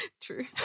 true